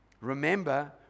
Remember